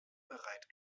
bereit